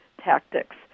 tactics